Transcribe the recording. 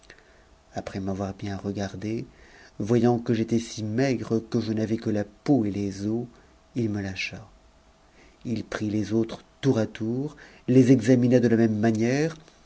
après m'avoir bien regarde voyant que j'étais si maigre que je n'avais que la peau et les os il mf lâcha h prit les autres tour à tour les examina de la même manière